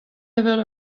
evel